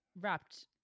wrapped